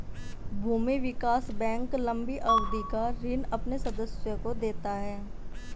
भूमि विकास बैंक लम्बी अवधि का ऋण अपने सदस्यों को देता है